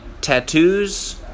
tattoos